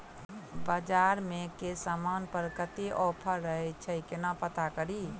बजार मे केँ समान पर कत्ते ऑफर रहय छै केना पत्ता कड़ी?